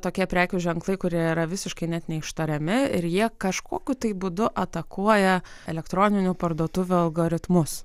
tokie prekių ženklai kurie yra visiškai net neištariami ir jie kažkokiu būdu atakuoja elektroninių parduotuvių algoritmus